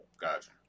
Gotcha